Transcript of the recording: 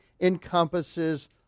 encompasses